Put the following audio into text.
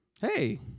Hey